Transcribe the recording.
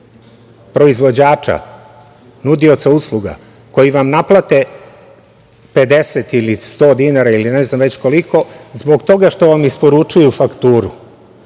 proizvođača, nudioca usluga koji vam naplate 50 ili 100 dinara ili ne znam već koliko zbog toga što vam isporučuju fakturu?